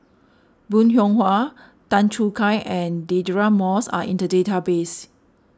Bong Hiong Hwa Tan Choo Kai and Deirdre Moss are in the database